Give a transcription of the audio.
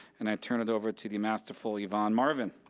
and i turn it over to the masterful evonne marvin.